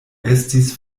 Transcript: estis